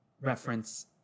reference